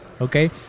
Okay